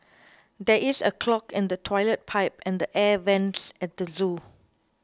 there is a clog in the Toilet Pipe and the Air Vents at the zoo